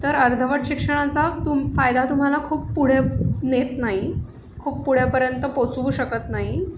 तर अर्धवट शिक्षणाचा तुम फायदा तुम्हाला खूप पुढे नेत नाही खूप पुढ्यापर्यंत पोचवू शकत नाही